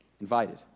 invited